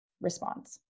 response